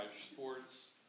sports